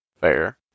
Fair